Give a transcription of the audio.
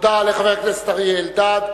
תודה לחבר הכנסת אריה אלדד.